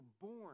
born